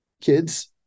kids